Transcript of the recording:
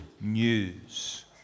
news